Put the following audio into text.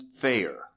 fair